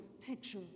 picture